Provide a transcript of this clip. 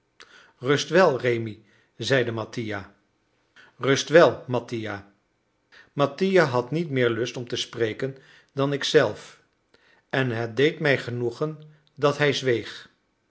rust wel rémi zeide mattia rust wel mattia mattia had niet meer lust om te spreken dan ik zelf en het deed mij genoegen dat hij zweeg